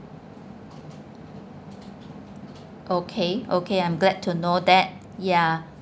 okay okay I'm glad to know that ya